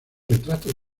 retrato